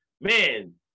man